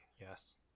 Yes